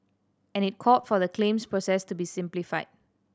and it called for the claims process to be simplified